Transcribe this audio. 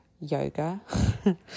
yoga